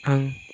आं